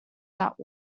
that